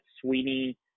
Sweeney